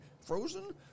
Frozen